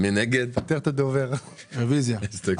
מגיל 18, עם כל הכבוד, מה זה גיל 21?